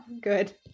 Good